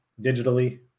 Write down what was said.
digitally